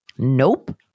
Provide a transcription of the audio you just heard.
Nope